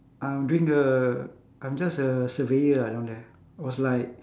I'm doing the I'm just a surveyor ah down there was like